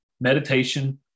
meditation